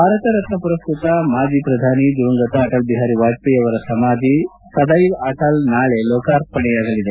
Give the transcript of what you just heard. ಭಾರತ ರತ್ನ ಪುರಸ್ತತ ಮಾಜಿ ಪ್ರಧಾನಿ ದಿವಂಗತ ಅಟಲ್ಬಿಹಾರಿ ವಾಜಪೇಯಿ ಅವರ ಸಮಾಧಿ ಸದ್ಯೆವ್ ಅಟಲ್ ನಾಳೆ ಲೋಕಾರ್ಪಣೆಯಾಗಲಿದೆ